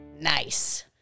Nice